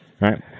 Right